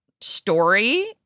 story